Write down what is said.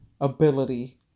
ability